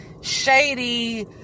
shady